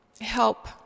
help